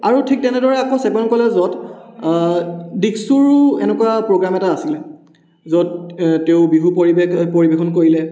আৰু ঠিক তেনেদৰে আকৌ চেপন কলেজত দীক্ষুৰো এনেকুৱা প্ৰ'গ্ৰাম এটা আছিলে য'ত তেওঁ বিহু পৰিবেশ পৰিৱেশন কৰিলে